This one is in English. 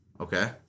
Okay